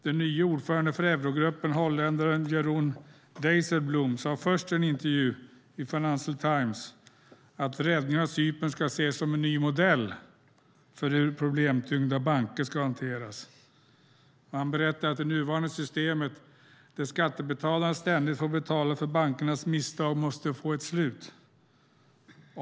Den nye ordförande för eurogruppen, holländaren Jeroen Dijsselbloem, sade först i en intervju i Financial Times att räddningen av Cypern ska ses som ny modell för hur problemtyngda banker ska hanteras. Han berättade att det nuvarande systemet där skattebetalare ständigt får betala för bankernas misstag måste få ett slut.